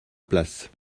place